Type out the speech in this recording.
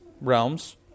realms